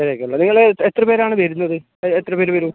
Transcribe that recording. നിങ്ങൾ എത്ര പേരാണ് വരുന്നത് എത്ര പേർ വരും